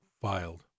filed